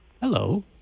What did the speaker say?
Hello